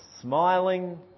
smiling